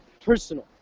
personal